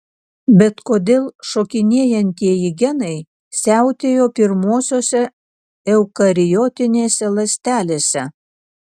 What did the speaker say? bet kodėl šokinėjantieji genai siautėjo pirmosiose eukariotinėse ląstelėse